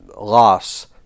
loss